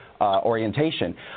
orientation